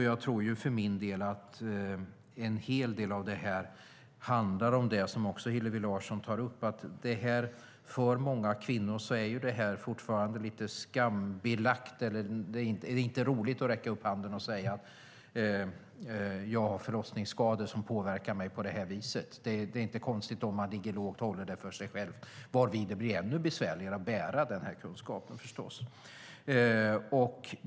Jag tror för min del att en hel del av detta handlar om det som också Hillevi Larsson tar upp, nämligen att detta är för många kvinnor fortfarande lite skambelagt. Det är inte roligt att räcka upp handen och säga att man har förlossningsskador som påverkar en på det viset. Det är inte konstigt om man ligger lågt och håller dessa saker för sig själv - varvid det blir ännu besvärligare att bära kunskapen.